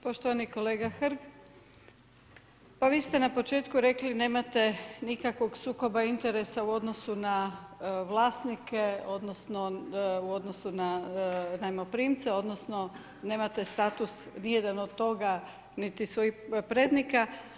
Poštovani kolega Hrg, pa vi ste na početku rekli, nemate nikakvog sukoba interesa u odnosu na vlasnike, odnosno, u odnosu na najmoprimce, odnosno, nemate status ni jedan od toga, niti svojih prednika.